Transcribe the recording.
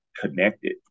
connected